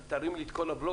תרים לי את כל הבלוק,